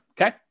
Okay